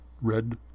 red